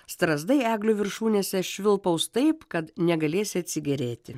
strazdai eglių viršūnėse švilpaus taip kad negalėsi atsigėrėti